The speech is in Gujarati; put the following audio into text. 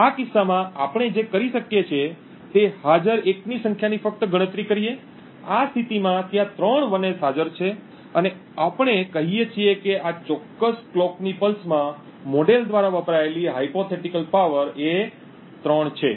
આ કિસ્સામાં આપણે જે કરી શકીએ તે છે હાજર 1s ની સંખ્યાની ફક્ત ગણતરી કરીએ આ સ્થિતિમાં ત્યાં ત્રણ 1s હાજર છે અને આપણે કહીએ છીએ કે આ ચોક્કસ કલોકની પલ્સમાં મોડેલ દ્વારા વપરાયેલી કાલ્પનિક શક્તિ એ 3 છે